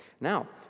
now